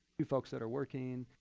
folks that are working,